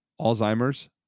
Alzheimer's